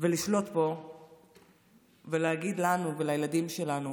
ולשלוט פה ולהגיד לנו ולילדים שלנו